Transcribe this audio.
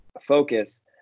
focus